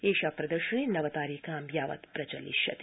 एषा प्रदर्शनी नव तारिकां यावत् प्रचलिष्यति